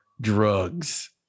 drugs